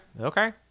okay